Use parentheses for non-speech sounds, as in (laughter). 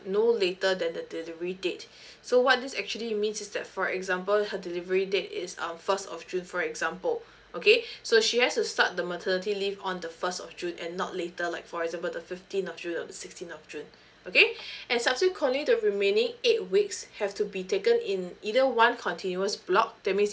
no later than the delivery date so what this actually means is that for example her delivery date is uh first of june for example okay so she has to start the maternity leave on the first of june and not later like for example the fifteenth of june or the sixteenth of june okay (breath) and subsequently the remaining eight weeks have to be taken in either one continuous block that means